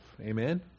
Amen